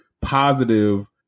positive